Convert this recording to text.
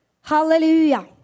Hallelujah